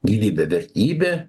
gyvybė vertybė